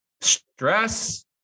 stress